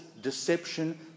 deception